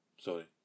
Sorry